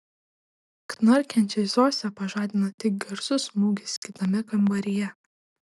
knarkiančią zosę pažadino tik garsus smūgis kitame kambaryje